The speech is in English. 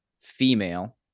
female